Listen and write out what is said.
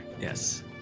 Yes